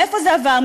מאיפה זה עבר,